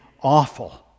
awful